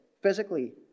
physically